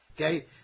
Okay